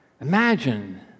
Imagine